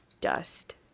dust